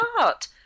art